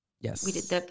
Yes